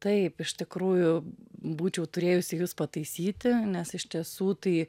taip iš tikrųjų būčiau turėjusi jus pataisyti nes iš tiesų tai